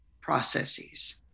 processes